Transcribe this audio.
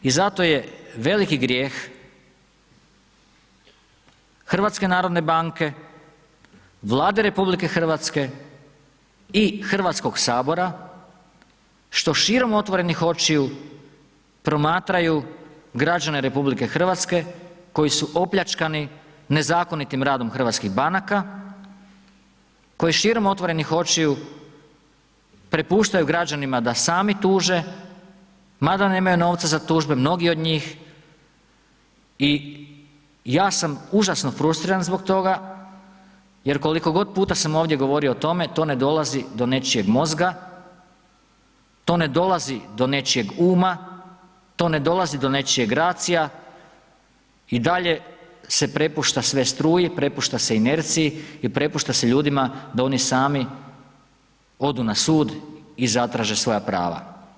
I zato je veliki grijeh HNB-a, Vlade RH i Hrvatskog sabora što širom otvorenih očiju promatraju građane RH koji su opljačkani nezakonitim radom hrvatskih banaka, koji širom očiju prepuštaju građanima da sami tuže mada nemaju novca za tužbe, mnogi od njih i ja sam užasno frustriran zbog toga jer koliko god puta sam ovdje govorio o tome to ne dolazi do nečijeg mozga, to ne dolazi do nečijeg uma, to ne dolazi do nečijeg ... i dalje se prepušta sve struji, prepušta se inerciji i prepušta se ljudima da oni sami odu na sud i zatraže svoja prava.